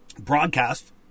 Broadcast